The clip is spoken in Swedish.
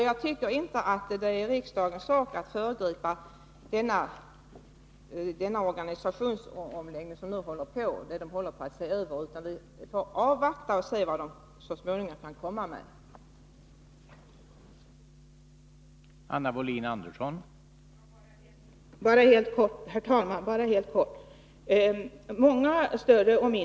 Jag tycker inte att det är riksdagens sak att föregripa den organisationsomläggning som kan bli följden av pågående översyn, utan vi får avvakta och se vilket förslag som så småningom kommer att läggas fram.